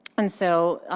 and so,